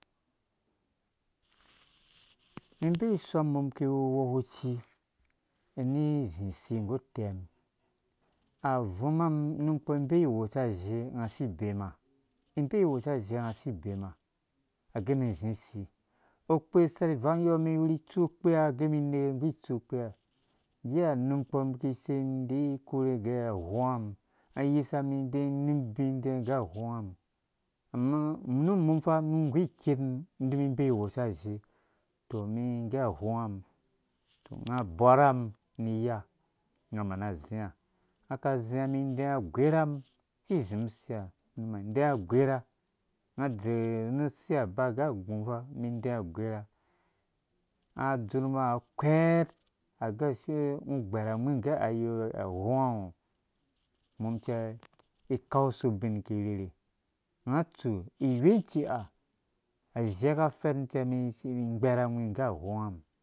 Umum inbee isɔm umum iki uwu uwekuci ini izi usi nggu utɛm avumam numkpɔ inbee iwosha azhe unga asi ibema inbee iwosha azhe unga asi ibema agɛ umɛn izi usi ukpesar ivangyɔɔ umum iwuri itsu ukpe unga adgɛ umum ineke nggu itsu ikpea ngge ha unum kpɔ iki isei idii ikore ugɛ aghonga umum ayisa umum idɛɛ inim ubi idɛɛ ufɛ aghoɔnga umum nu umun fa umum iwu nggu ikermum idzumu inbee iwosha azhe tɔ mi nggɛ aghonge umum unga abɔra umum ni iya na mana azai unga aka azia umum idɛɛ agwerhamum si izim usi ha idɛɛ agwerha unga adze nu usia aba agɛ itorngo aghomga ungo umum cɛ ikan ubin ubi iki irherhe ungo atsu iwoi azhe ka afɛtum cɛ umum igbɛr angwa nggɛ aghonga umum